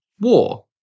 war